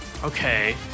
Okay